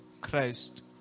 Christ